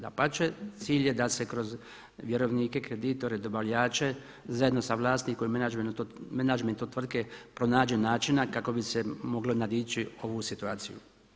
Dapače, cilj je da se kroz vjerovnike, kreditore, dobavljače zajedno sa vlasnikom i menadžmentom tvrtke pronađe načina kako bi se moglo nadići ovu situaciju.